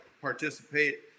participate